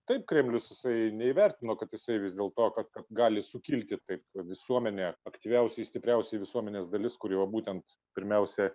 taip kremlius jisai neįvertino kad jisai vis dėlto kad gali sukilti ir taip visuomenė aktyviausia stipriausia visuomenės dalis kuri va būtent pirmiausia